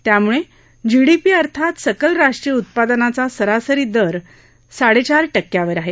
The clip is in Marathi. त्यामुळे जीडीपी अर्थात सकल राष्ट्रीय उत्पादनाचा सरासरी दर साडेचार टक्क्यावर आहे